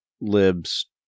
lib's